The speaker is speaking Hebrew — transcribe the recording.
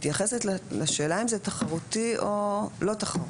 מתייחסת לשאלה אם זה תחרותי או לא תחרותי.